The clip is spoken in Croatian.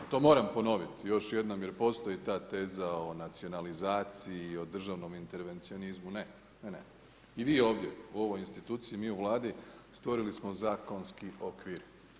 To moram ponovit još jednom jer postoji ta teza o nacionalizaciji, o državnom intervencionizmu, ne, i vi ovdje u ovoj instituciji i mi u Vladi stvorili smo zakonski okvir.